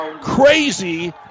crazy